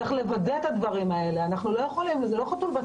צריך לוודא את הדברים האלה, זה לא חתול בשק.